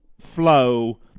flow